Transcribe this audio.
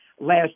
last